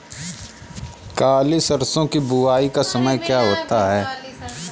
काली सरसो की बुवाई का समय क्या होता है?